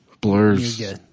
Blurs